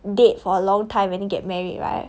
date for a long time and then get married right